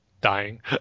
Dying